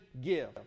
give